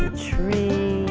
tree,